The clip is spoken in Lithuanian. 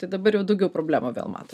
tai dabar jau daugiau problemų vėl mato